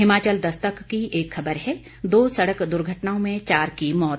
हिमाचल दस्तक की एक खबर है दो सड़क दुर्घटनाओं में चार की मौत